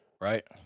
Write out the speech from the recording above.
Right